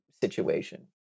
situation